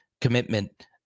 commitment